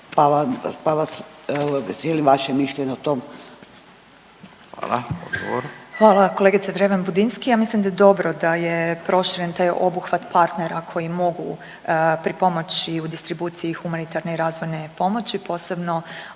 Hvala. Odgovor. **Petir, Marijana (Nezavisni)** Hvala kolegice Dreven Budinski, ja mislim da je dobro da je proširen taj obuhvat partnera koji mogu pripomoći u distribuciji humanitarne i razvojne pomoći posebno